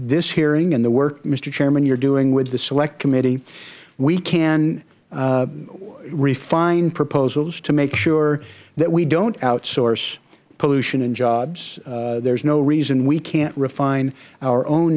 this hearing and the work mister chairman you are doing with the select committee we can refine proposals to make sure that we don't outsource pollution and jobs there is no reason we can't refine our own